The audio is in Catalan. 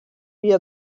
via